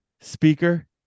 speaker